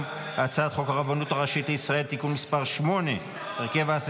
אני קובע כי הצעת חוק הרבנות הראשית לישראל (הארכת כהונה של הרבנים